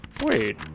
Wait